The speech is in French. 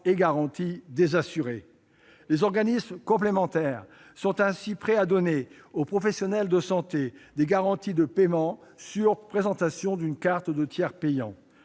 garanties des assurés. Ainsi, les organismes complémentaires sont prêts à donner aux professionnels de santé des garanties de paiement, sur présentation d'une carte de tiers payant.